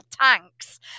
tanks